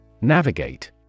Navigate